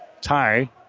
tie